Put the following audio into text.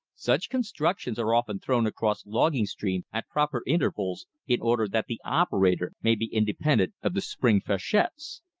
such constructions are often thrown across logging streams at proper intervals in order that the operator may be independent of the spring freshets.